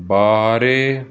ਬਾਰੇ